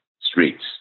streets